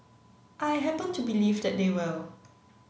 I happen to believe that they will